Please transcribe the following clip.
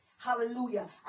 hallelujah